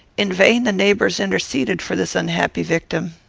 in vain the neighbours interceded for this unhappy victim.